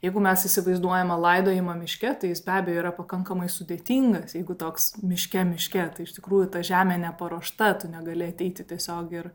jeigu mes įsivaizduojame laidojimą miške tai jis be abejo yra pakankamai sudėtingas jeigu toks miške miške tai iš tikrųjų ta žemė neparuošta tu negali ateiti tiesiog ir